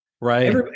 Right